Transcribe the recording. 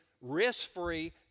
risk-free